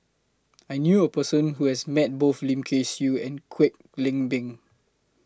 I knew A Person Who has Met Both Lim Kay Siu and Kwek Leng Beng